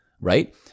Right